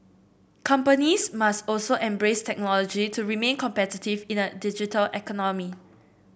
companies must also embrace technology to remain competitive in a digital